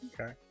Okay